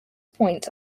points